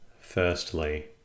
Firstly